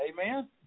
Amen